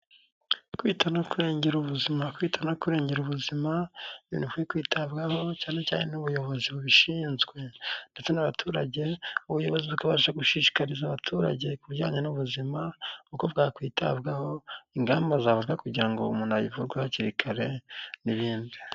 Kwita no kurengera ubuzima. kwita no kurengera ubuzima binkwiye kwitabwaho cyane cyane n'ubuyobozi bubishinzwe ndetse n'abaturage. Ubuyobozi bubanje gushishikariza abaturage kujyanye n'ubuzima uko bwakwitabwaho ingamba zavuga kugira ngo uwo umuntu ayivurwe hakiri kare n'ibindi.